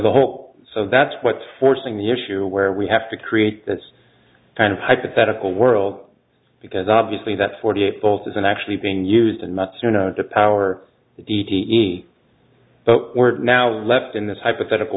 the whole so that's what forcing the issue where we have to create this kind of hypothetical world because obviously that forty eight both isn't actually being used and not the power to d t e but we're now left in this hypothetical